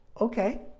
Okay